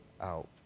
out